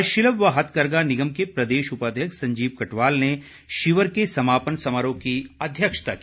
हस्तशिल्प व हथकघा निगम के प्रदेश उपाध्यक्ष संजीव कटवाल ने शिविर के समापन समारोह की अध्यक्षता की